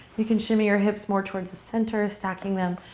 you can shimmy your hops more towards the center, stocking them.